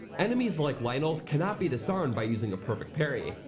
enemies like lynels cannot be disarmed by using a perfect parry,